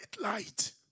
light